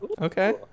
Okay